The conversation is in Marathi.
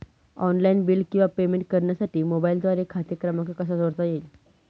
ऑनलाईन बिल किंवा पेमेंट करण्यासाठी मोबाईलद्वारे खाते क्रमांक कसा जोडता येईल?